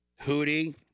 Hootie